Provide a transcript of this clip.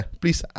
please